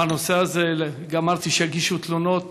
בנושא הזה, גם אמרתי שיגישו תלונות.